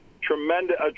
tremendous